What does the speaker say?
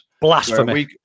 blasphemy